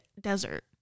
desert